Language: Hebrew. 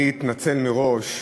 אני אתנצל מראש,